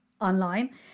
online